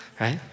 right